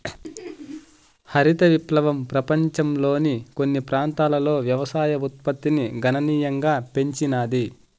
హరిత విప్లవం పపంచంలోని కొన్ని ప్రాంతాలలో వ్యవసాయ ఉత్పత్తిని గణనీయంగా పెంచినాది